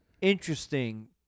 interesting